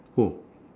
oh